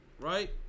right